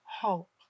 hope